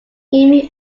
amy